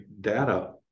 data